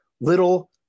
little